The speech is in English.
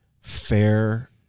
fair